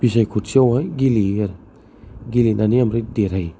बिसाइखथियाव हाय गेलेयो आरो गेलेनानै ओमफ्राय देरहायो